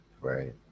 right